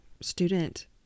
student